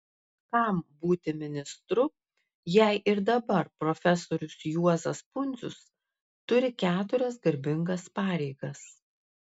kam būti ministru jei ir dabar profesorius juozas pundzius turi keturias garbingas pareigas